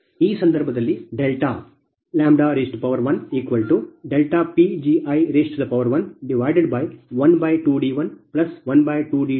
ಈ ಸಂದರ್ಭದಲ್ಲಿ delta Pgi12d112d212d3762